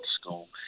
school